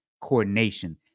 coordination